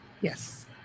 Yes